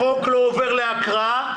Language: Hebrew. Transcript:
החוק לא עובר להקראה